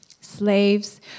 Slaves